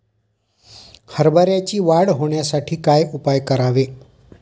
हरभऱ्याची वाढ होण्यासाठी काय उपाय करावे?